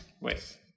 Wait